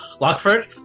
Lockford